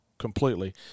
completely